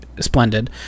splendid